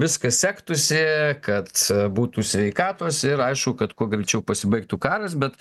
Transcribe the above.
viskas sektųsi kad būtų sveikatos ir aišku kad kuo greičiau pasibaigtų karas bet